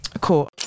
cool